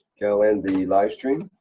okay, i'll end the livestream.